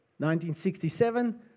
1967